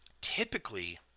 Typically